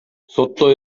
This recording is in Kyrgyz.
сотто